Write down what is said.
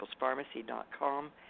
peoplespharmacy.com